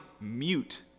mute